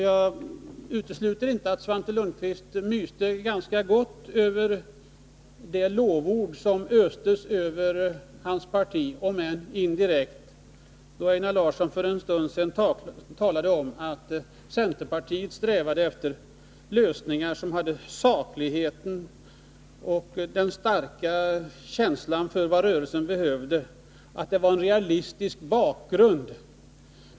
Jag utesluter inte att Svante Lundkvist myste ganska gott över de lovord som östes över hans parti, om än indirekt, då Einar Larsson för en stund sedan talade om att centerpartiet strävade efter lösningar som hade saklighet och en stark känsla för vad rörelsen behövde, liksom att det fanns realistisk bakgrund.